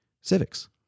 civics